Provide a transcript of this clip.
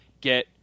get